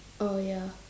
oh ya